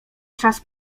czas